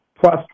plus